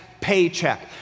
paycheck